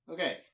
Okay